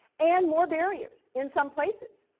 and more barriers in some places.